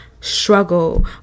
struggle